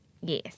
Yes